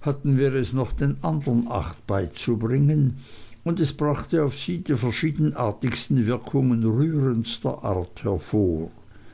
hatten wir es noch den andern acht beizubringen und es brachte auf sie die verschiedenartigsten wirkungen rührendster art hervor